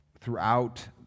throughout